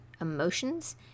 emotions